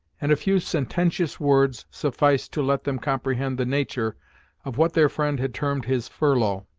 and a few sententious words sufficed to let them comprehend the nature of what their friend had termed his furlough.